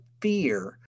fear